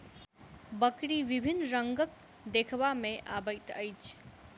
बकरी विभिन्न रंगक देखबा मे अबैत अछि